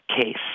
case